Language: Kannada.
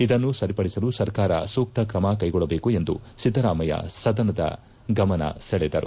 ಇದನ್ನು ಸರಿಪಡಿಸಲು ಸರ್ಕಾರ ಸೂಕ್ತ ಕ್ರಮ ಕೈಗೊಳ್ಳಬೇಕು ಎಂದು ಸಿದ್ದರಾಮಯ್ಯ ಸದನದ ಗಮನ ಸೆಳೆದರು